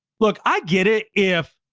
look, i get it. if